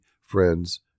friends